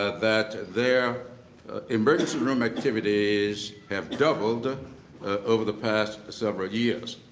that their emergency room activities have doubled ah over the past several years.